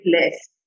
less